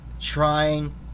trying